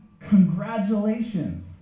congratulations